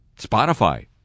Spotify